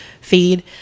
feed